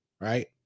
Right